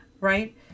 Right